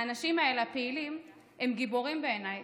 האנשים הפעילים הם גיבורים בעיניי,